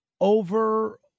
over